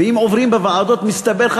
ואם עוברים בוועדות מסתבר לך,